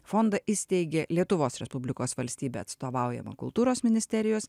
fondą įsteigė lietuvos respublikos valstybę atstovaujamą kultūros ministerijos